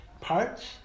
parts